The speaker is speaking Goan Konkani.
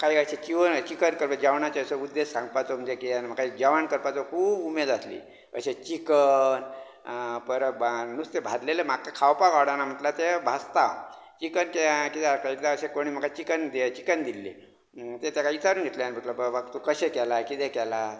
म्हाका हें अशें चिकन जेवणाचो उद्देश सांगपाचो म्हणजे कितें म्हाका हें जेवण करपाची खूब उमेद आसली अशें चिकन परत नुस्तें भाजलेलें म्हाका खावपाक आवडना म्हणटा ते भाजतां चिकनचे कित्याक एकदां अशें कोणी म्हाका चिकन चिकन दिल्लें तें ताका हांवे विचारून घेतलें तूं बाबा कशें केलां कितें केलां